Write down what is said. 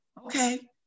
okay